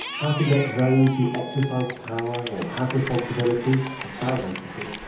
how to get those who exercise power or have responsibility, as faraday put it,